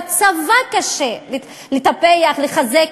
בצבא קשה לטפח, לחזק,